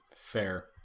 fair